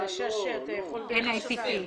לא רק זה.